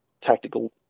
tactical